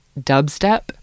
dubstep